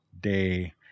day